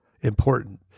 important